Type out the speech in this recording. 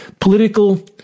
Political